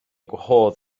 gwahodd